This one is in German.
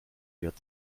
wird